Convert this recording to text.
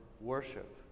worship